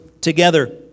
together